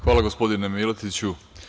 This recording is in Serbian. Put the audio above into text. Hvala, gospodine Miletiću.